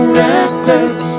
reckless